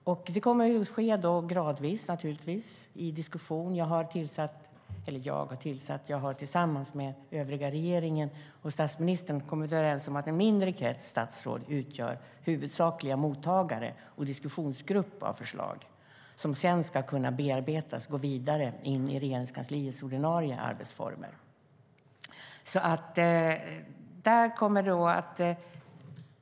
Detta kommer jag gradvis att urskilja i diskussionerna. Tillsammans med den övriga regeringen och statsministern har vi kommit överens om att en mindre krets statsråd utgör huvudsakliga mottagare av förslag och diskussion. Förslagen ska sedan bearbetas och gå vidare in i Regeringskansliets ordinarie arbetsformer.